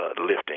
lifting